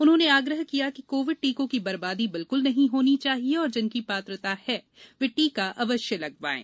उन्होंने आग्रह किया कि कोविड टीकों की बर्बादी बिल्कुल नहीं होनी चाहिए और जिनकी पात्रता है वे टीका अवश्य लगवाएं